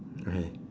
okay